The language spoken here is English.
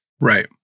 Right